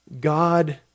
God